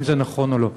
האם זה נכון או לא?